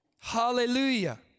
Hallelujah